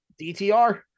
dtr